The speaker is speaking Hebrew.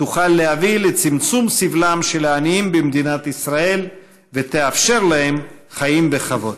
יוכל להביא לצמצום סבלם של העניים במדינת ישראל ויאפשר להם חיים בכבוד.